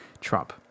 Trump